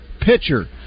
pitcher